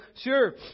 sure